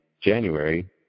January